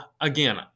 Again